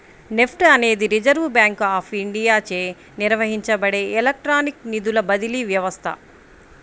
NEFT అనేది reserve bank of ఇండియాచే నిర్వహించబడే ఎలక్ట్రానిక్ నిధుల బదిలీ వ్యవస్థ